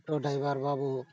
ᱚᱴᱚ ᱰᱟᱭᱵᱷᱟᱨ ᱵᱟᱹᱵᱩ